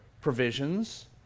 provisions